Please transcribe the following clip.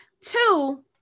Two